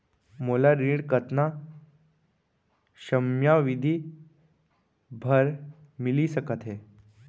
मोला ऋण कतना समयावधि भर मिलिस सकत हे?